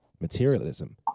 materialism